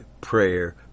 prayer